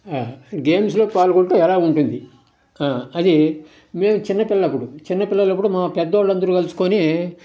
గేమ్స్లో పాల్గొంటే ఎలా ఉంటుంది అది మేము చిన్నపిల్లలప్పుడు చిన్నపిల్లలప్పుడు మా పెద్దోళ్ళు అందరు కలుసుకొని